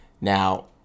Now